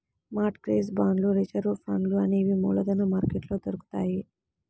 mart gauge బాండ్లు reserve ఫండ్లు అనేవి మూలధన మార్కెట్లో దొరుకుతాయ్